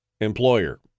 employer